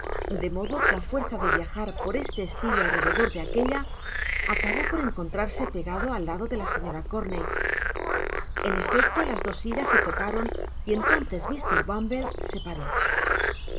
de modo que á fuerza de viajar por esle estilo al rededor de aquella acabó por encontrarse pegado al lado de la señora corncy en efecto las dos sillas se tocaron y entonces mr bumble se paró